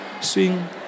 swing